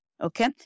okay